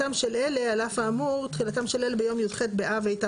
שאורך חיי המדף לא יעלה על אורך חיי המדף שקבע היצרן במדינת המקור?